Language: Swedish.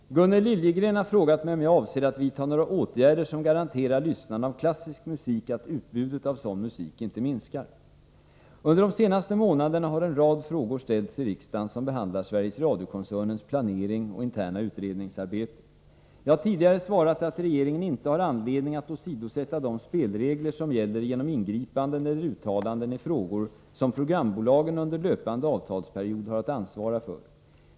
Herr talman! Gunnel Liljegren har frågat mig om jag avser att vidta några åtgärder som garanterar lyssnarna av klassisk musik att utbudet av sådan musik inte minskar. Under de senaste månaderna har en rad frågor ställts i riksdagen som behandlar Sverigs Radio-koncernens planering och interna utredningsarbete. Jag har tidigare svarat att regeringen inte har anledning att åsidosätta de spelregler som gäller genom ingripanden eller uttalanden i frågor som programbolagen under löpande avtalsperiod har att ansvara för.